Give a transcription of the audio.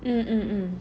mmhmm